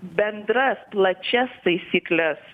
bendras plačias taisykles